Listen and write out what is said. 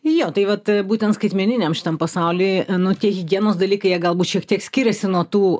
jo tai vat būtent skaitmeniniam šitam pasauly tie higienos dalykai jie galbūt šiek tiek skiriasi nuo tų